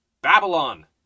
babylon